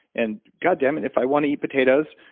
and goddammit, if i wanna eat potatoes,